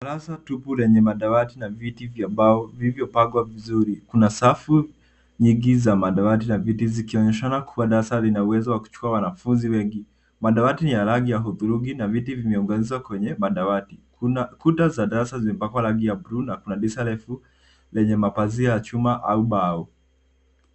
Darasa tupu lenye madawati na viti vya mbao vilivyopangwa vizuri. Kuna safu nyingi za madawati na viti zikionyesha kuwa darasa lina uwezo wa kuchukua wanafunzi wengi. Madawati ya rangi ya hudhurungi na viti vimeunganishwa kwenye madawati. Kuna kuta za darasa zimepakwa rangi ya bluu na kuna dirisha refu lenye mapazia ya chuma au mbao.